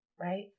right